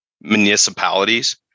municipalities